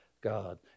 God